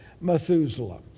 Methuselah